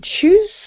choose